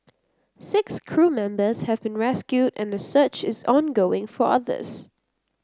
six crew members have been rescued and a search is ongoing for others